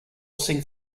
sing